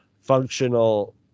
functional